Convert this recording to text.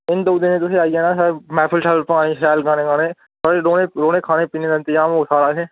कोई निं द'ऊं तरीक तुसें आई जाना असें मैह्फिल शैह्फिल भखानी शैल गाने गाने थुआढ़े रौह्ने रौह्ने खाने पीने दा इंतजाम होग सारा किश